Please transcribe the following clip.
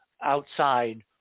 outside